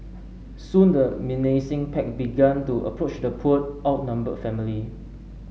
soon the menacing pack began to approach the poor outnumbered family